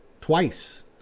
twice